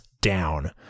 down